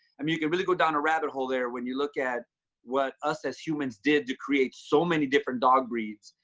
i mean, you can really go down a rabbit hole there when you look at what us as humans did to create so many different dog breeds,